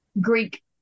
Greek